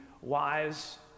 wise